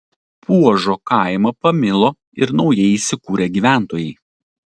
puožo kaimą pamilo ir naujai įsikūrę gyventojai